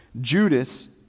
Judas